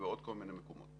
ובעוד כל מיני מקומות.